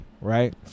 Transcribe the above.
right